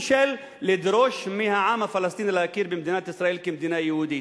של לדרוש מהעם הפלסטיני להכיר במדינת ישראל כמדינה יהודית.